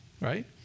right